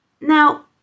Now